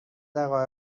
دقایق